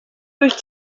wyt